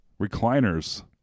Recliners